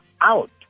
out